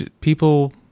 People